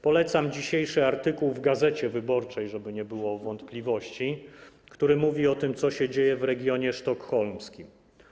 Polecam dzisiejszy artykuł w „Gazecie Wyborczej” - żeby nie było wątpliwości - który mówi o tym, co się dzieje w regionie sztokholmskim.